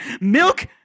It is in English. Milk